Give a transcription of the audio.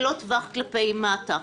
ולא טווח כלפי מטה.